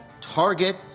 Target